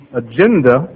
agenda